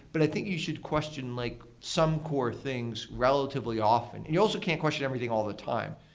but i think you should question like some core things relatively often. you also can't question everything all the time.